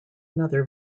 another